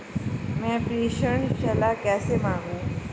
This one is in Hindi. मैं प्रेषण सलाह कैसे मांगूं?